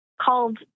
called